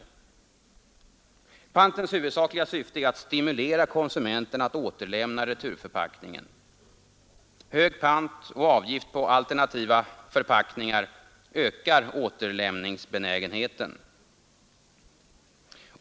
Pantens huvudsakliga syfte är att stimulera konsumenten att återlämna returförpackningen. Hög pant och avgift på alternativa förpackningar ökar återlämningsbenägenheten.